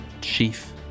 chief